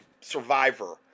survivor